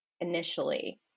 initially